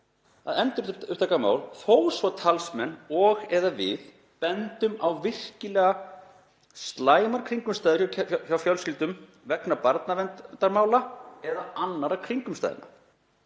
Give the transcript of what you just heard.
að endurupptaka mál þó svo talsmenn og/eða við bendum á virkilega slæmar kringumstæður hjá fjölskyldum vegna barnaverndarmála eða annarra kringumstæðna.